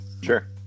Sure